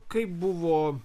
kaip buvo